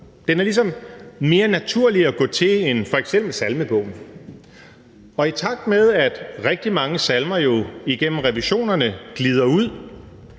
Den er ligesom mere naturlig at gå til end f.eks. salmebogen. I takt med at rigtig mange salmer jo igennem revisionerne glider ud